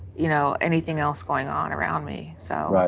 you know, anything else going on around me. so,